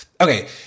Okay